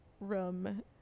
room